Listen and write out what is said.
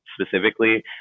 specifically